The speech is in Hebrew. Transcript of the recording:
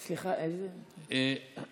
סליחה, איזו אפליקציה?